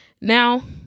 Now